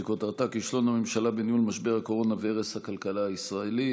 שכותרתה: כישלון הממשלה בניהול משבר הקורונה והרס הכלכלה הישראלית.